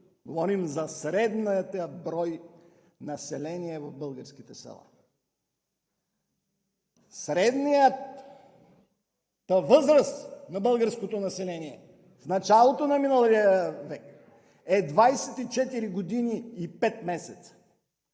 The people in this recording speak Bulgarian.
Говорим за средния брой население в българските села. Средната възраст на българското население в началото на миналия век е 24 години и 5 месеца!